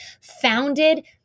founded